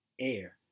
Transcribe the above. air